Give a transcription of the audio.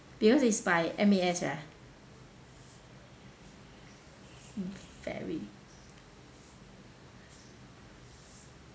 because is by M_A_S ah very